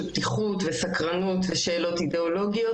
פתיחות וסקרנות לשאלות אידיאולוגיות,